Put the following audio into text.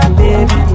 baby